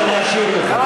מה אתה רוצה שאני אשיב לך?